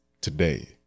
today